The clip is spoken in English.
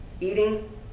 eating